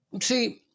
See